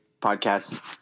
podcast